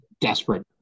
desperate